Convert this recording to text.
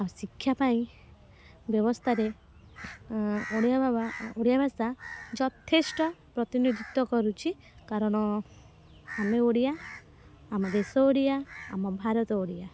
ଶିକ୍ଷା ପାଇଁ ବ୍ୟବସ୍ଥାରେ ଓଡ଼ିଆ ବାବା ଓଡ଼ିଆ ଭାଷା ଯଥେଷ୍ଟ ପ୍ରତିନିଧିତ୍ଵ କରୁଛି କାରଣ ଆମେ ଓଡ଼ିଆ ଆମ ଦେଶ ଓଡ଼ିଆ ଆମ ଭାରତ ଓଡ଼ିଆ